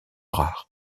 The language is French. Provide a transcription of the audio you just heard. rares